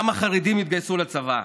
כמה חרדים התגייסו לצבא,